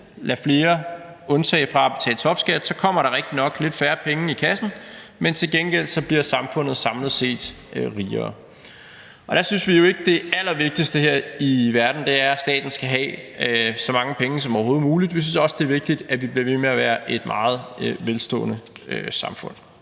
undtager flere fra at betale topskat, så kommer der rigtigt nok lidt færre penge i kassen, men til gengæld bliver samfundet samlet set rigere. Der synes vi jo ikke, at det allervigtigste her i verden er, at staten skal have så mange penge som overhovedet muligt; vi synes også, det er vigtigt, at vi bliver ved med at være et meget velstående samfund.